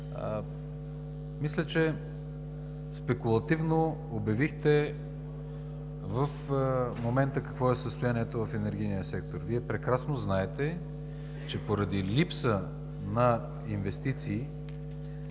Мисля, че спекулативно обявихте какво е състоянието в момента на Енергийния сектор. Вие прекрасно знаете, че поради липса на инвестиции,